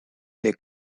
they